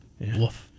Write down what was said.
Woof